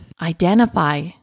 identify